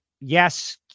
Yes